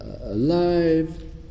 alive